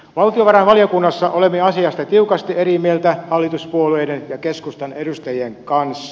valtiovarainvaliokunnassa olemme asiasta tiukasti eri mieltä hallituspuolueiden ja keskustan edustajien kanssa